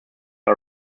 are